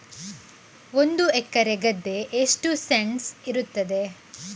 ಒಂದು ಎಕರೆ ಗದ್ದೆ ಎಷ್ಟು ಸೆಂಟ್ಸ್ ಇರುತ್ತದೆ?